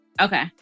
okay